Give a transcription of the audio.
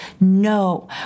No